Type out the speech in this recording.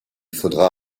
faudra